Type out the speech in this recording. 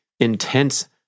intense